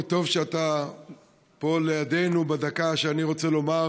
טוב שאתה פה לידינו בדקה שבה אני רוצה לומר,